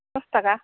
दस थाखा